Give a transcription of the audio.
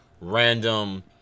random